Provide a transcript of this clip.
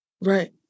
right